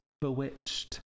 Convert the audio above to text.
bewitched